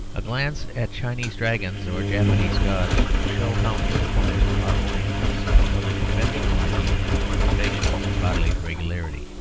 a glance at chinese dragons or japanese gods will show how independent are orientals of the conventional idea of facial and bodily regularity,